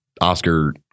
Oscar